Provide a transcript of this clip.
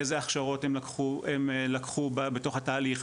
איזה הכשרות הם לקחו בתוך התהליך,